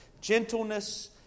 gentleness